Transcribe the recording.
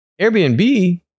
Airbnb